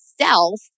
self